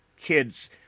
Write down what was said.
kids